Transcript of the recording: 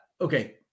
okay